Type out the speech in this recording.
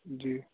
जी